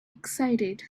excited